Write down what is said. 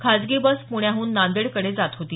खासगी बस पुण्याहून नांदेडकडे जात होती